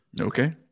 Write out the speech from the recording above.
Okay